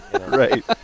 Right